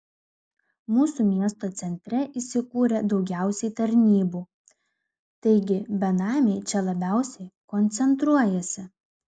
mūsų miesto centre įsikūrę daugiausiai tarnybų taigi benamiai čia labiausiai koncentruojasi